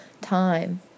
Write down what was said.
time